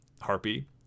harpy